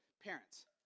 parents